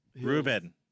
Ruben